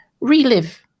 relive